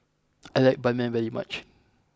I like Ban Mian very much